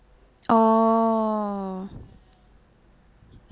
oh